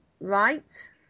right